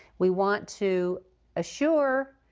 we want to assure